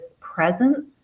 presence